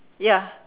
ya